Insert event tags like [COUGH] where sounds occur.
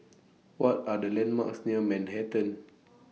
[NOISE] What Are The landmarks near Manhattan [NOISE]